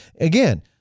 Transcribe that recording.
again